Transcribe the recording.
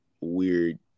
weird